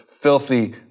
filthy